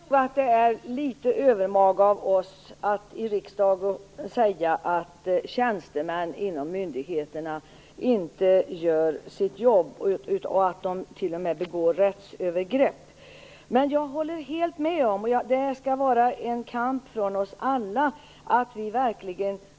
Herr talman! Jag tycker nog att det är litet övermaga att i riksdagen säga att tjänstemännen inom myndigheterna inte gör sitt jobb, och t.o.m. begår rättsövergrepp. Men jag håller helt med om att vi alla i riksdagen skall föra en kamp.